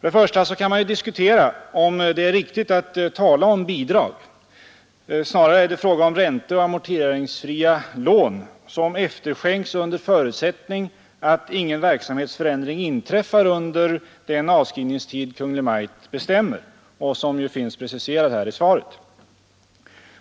Först och främst kan man diskutera om det är riktigt att tala om bidrag. Snarare är det fråga om ränteoch amorteringsfria lån, som efterskänks under förutsättning att ingen verksamhetsförändring inträffar under den avskrivningstid som Kungl. Maj:t bestämmer och som finns preciserad i svaret på min fråga.